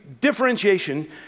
differentiation